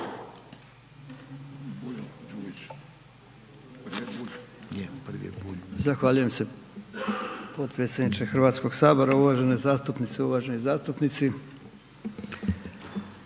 Zahvaljujem se potpredsjedniče HS, uvažene zastupnice, uvaženi zastupnici.